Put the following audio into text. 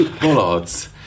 bollards